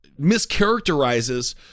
mischaracterizes